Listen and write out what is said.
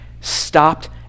stopped